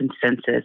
consensus